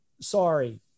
sorry